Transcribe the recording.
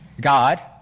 God